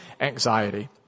anxiety